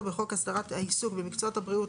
בחוק הסדרת העיסוק במקצועות הבריאות,